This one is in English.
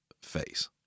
face